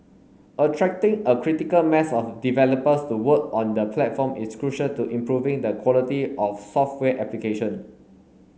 attracting a critical mass of developers to work on the platform is crucial to improving the quality of software application